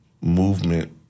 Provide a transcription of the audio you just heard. Movement